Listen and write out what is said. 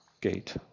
gate